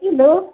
kilo